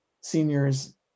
seniors